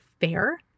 fair